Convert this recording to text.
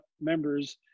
members